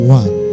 one